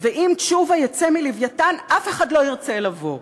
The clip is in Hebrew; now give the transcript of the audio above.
ואם תשובה יצא מ"לווייתן" אף אחד לא ירצה לבוא.